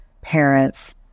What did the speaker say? parents